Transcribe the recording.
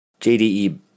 Jde